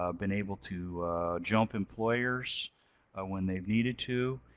ah been able to jump employers when they've needed to.